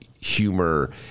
humor